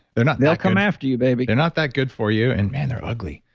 they're not they'll come after you baby. they're not that good for you and man, they're ugly,